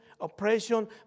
oppression